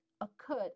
Occurred